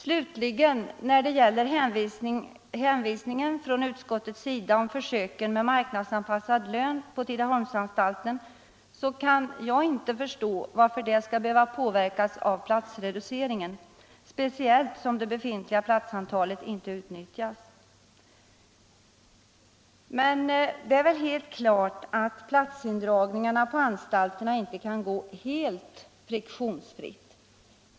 Slutligen: När det gäller hänvisningen från utskottets sida till försöken med marknadsanpassad lön på Tidaholmsanstalten kan jag inte förstå varför de skall behöva påverkas av platsreduceringen, speciellt som det befintliga antalet platser inte utnyttjas. Det är väl helt klart att platsindragningarna på anstalterna inte kan genomföras helt friktionsfritt.